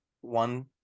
one